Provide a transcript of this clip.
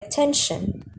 attention